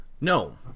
No